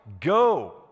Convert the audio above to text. go